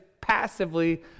passively